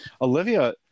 Olivia